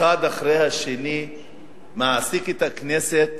האחד אחרי השני מעסיקים את הכנסת